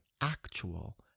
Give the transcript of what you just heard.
actual